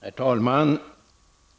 Herr talman!